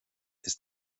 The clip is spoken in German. ist